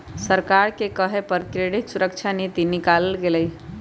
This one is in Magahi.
सरकारे के कहे पर क्रेडिट सुरक्षा नीति निकालल गेलई ह